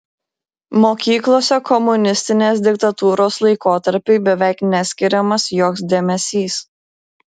mokyklose komunistinės diktatūros laikotarpiui beveik neskiriamas joks dėmesys